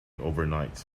overnight